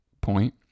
point